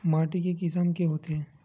माटी के किसम के होथे?